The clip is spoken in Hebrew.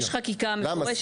יש חקיקה מפורשת --- למה?